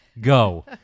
Go